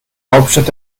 hauptstadt